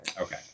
Okay